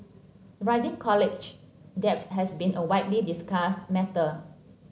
rising college debt has been a widely discussed matter